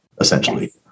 essentially